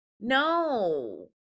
No